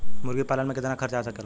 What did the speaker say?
मुर्गी पालन में कितना खर्च आ सकेला?